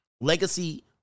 Legacy